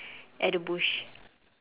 at the bush